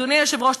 אדוני היושב-ראש,